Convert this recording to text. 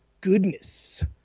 goodness